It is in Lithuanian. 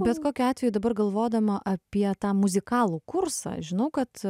bet kokiu ateju dabar galvodama apie tą muzikalų kursą žinau kad